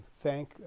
thank